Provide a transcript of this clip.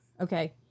Okay